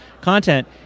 content